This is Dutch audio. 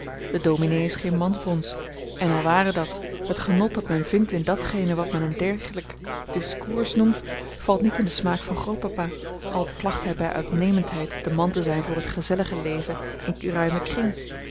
de dominé is geen man voor ons en al ware dat het genot dat men vindt in datgene wat men een degelijk discours noemt valt niet in den smaak van grootpapa al placht hij bij uitnemendheid de man te zijn voor het gezellige leven in ruimen kring